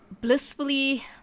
blissfully